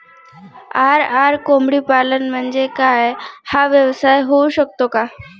RR कोंबडीपालन म्हणजे काय? हा व्यवसाय होऊ शकतो का?